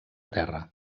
terra